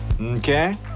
Okay